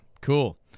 cool